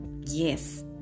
Yes